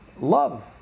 love